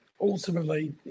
ultimately